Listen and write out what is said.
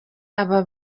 aba